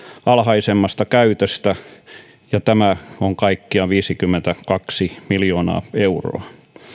alhaisemman käytön vuoksi ja tämä on kaikkiaan viisikymmentäkaksi miljoonaa euroa